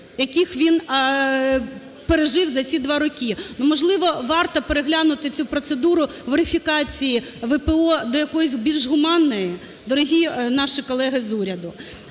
які він пережив за ці два роки. Можливо, варто переглянути цю процедуру верифікації ВПО до якоїсь більш гуманної. Дорогі наші колеги з уряду,